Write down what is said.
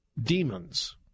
demons